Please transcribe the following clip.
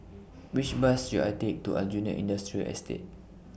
Which Bus should I Take to Aljunied Industrial Estate